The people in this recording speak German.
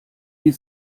die